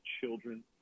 children